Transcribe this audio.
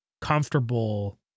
comfortable